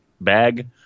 bag